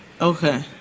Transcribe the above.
Okay